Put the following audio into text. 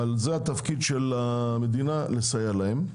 זה התפקיד של המדינה, לסייע להם.